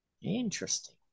Interesting